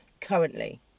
currently